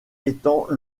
étant